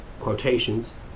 quotations